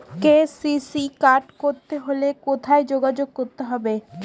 KCC card করতে হলে কোথায় যোগাযোগ করতে হবে?